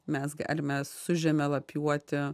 mes galime sužemėlapiuoti